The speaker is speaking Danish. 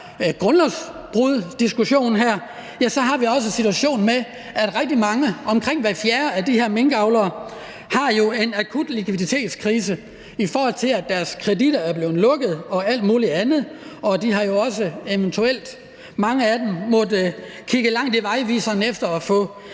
grundlovsbrud, har vi også situationen med, at rigtig mange, omkring hver fjerde, af de her minkavlere jo er i en akut likviditetskrise, i forhold til at deres kredit er blevet lukket og alt muligt andet. Mange af dem har eventuelt også måttet kigge langt i vejviseren efter at